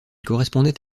correspondait